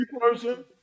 person